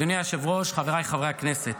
אדוני היושב-ראש, חבריי חברי הכנסת,